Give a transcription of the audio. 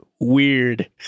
Weird